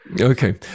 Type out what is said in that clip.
Okay